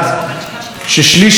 למעט אסירים ביטחוניים.